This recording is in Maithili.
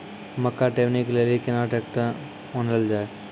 मक्का टेबनी के लेली केना ट्रैक्टर ओनल जाय?